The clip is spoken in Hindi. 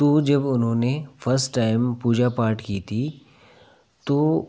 तो जब उन्होंने फ़स टाइम पूजा पाठ की थी तो